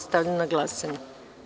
Stavljam na glasanje.